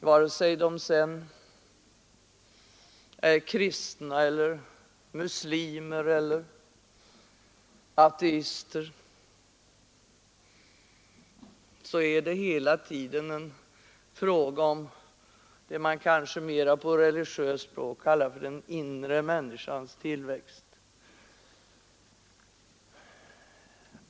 Vare sig de är kristna, muslimer eller ateister är det hela tiden en fråga om det som man på ett religiöst språk kanske skulle kalla för en människas inre tillväxt.